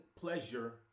pleasure